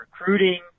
recruiting